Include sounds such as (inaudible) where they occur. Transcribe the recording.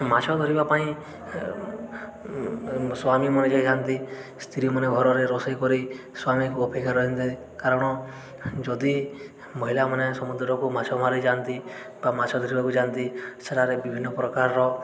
ମାଛ ଧରିବା ପାଇଁ ସ୍ୱାମୀ ମରିଯାଇଥାନ୍ତି ସ୍ତ୍ରୀମାନେ ଘରରେ ରୋଷେଇ କରି ସ୍ୱାମୀକୁ ଅପେକ୍ଷା (unintelligible) କାରଣ ଯଦି ମହିଳାମାନେ ସମୁଦ୍ରକୁ ମାଛ ମାରିଯାଆନ୍ତି ବା ମାଛ ଧରିବାକୁ ଯାଆନ୍ତି ସେଠାରେ ବିଭିନ୍ନ ପ୍ରକାରର